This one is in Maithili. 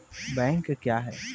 बैंक क्या हैं?